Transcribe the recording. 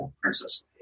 Princess